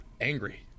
angry